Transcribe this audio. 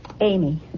Amy